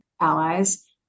allies